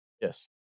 Yes